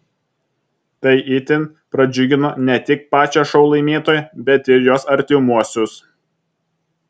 tai itin pradžiugino ne tik pačią šou laimėtoją bet ir jos artimuosius